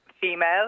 female